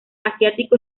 asiático